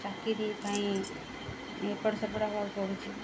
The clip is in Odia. ଚାକିରି ପାଇଁ ଏପଟ ସେପଟ ହେବାକୁ ପଡ଼ୁଛିି